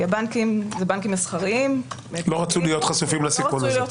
כי הבנקים הם בנקים מסחריים ולא רצו להיות חשופים